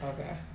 okay